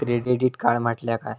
Credit card म्हटल्या काय?